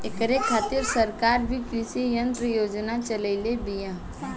ऐकरे खातिर सरकार भी कृषी यंत्र योजना चलइले बिया